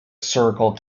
circle